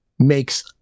Makes